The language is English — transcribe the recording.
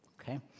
Okay